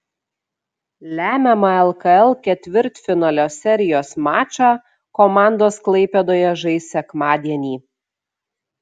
lemiamą lkl ketvirtfinalio serijos mačą komandos klaipėdoje žais sekmadienį